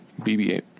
BB-8